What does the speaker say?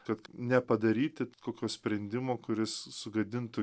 kad nepadaryti kokio sprendimo kuris sugadintų